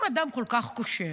אם אדם כל כך כושל